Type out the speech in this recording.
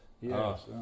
Yes